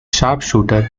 sharpshooter